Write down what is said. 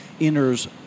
enters